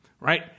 right